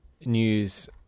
news